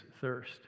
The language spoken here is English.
thirst